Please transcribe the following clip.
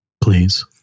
please